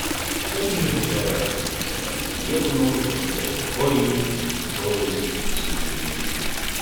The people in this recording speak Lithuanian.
tai ir gerai semionas mielu noru pasidavė euforijai ir šypsojosi iš visų jėgų